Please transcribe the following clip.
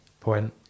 point